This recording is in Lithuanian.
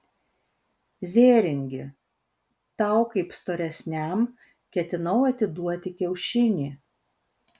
zėringi tau kaip storesniam ketinau atiduoti kiaušinį